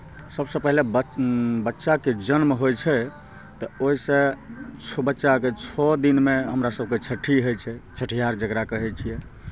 सभसँ पहिले ब बच्चाके जन्म होइ छै तऽ ओहिसँ छ् बच्चाके छओ दिनमे हमरा सभके छठी होइ छै छठियार जकरा कहै छियै